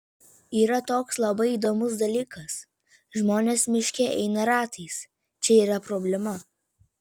yra toks labai įdomus dalykas žmonės miške eina ratais čia yra problema